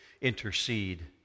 intercede